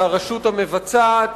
מהרשות המבצעת,